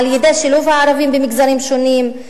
על-ידי שילוב הערבים במגזרים שונים,